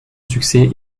succès